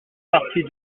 partie